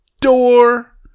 door